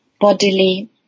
bodily